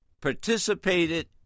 participated